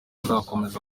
azakomeza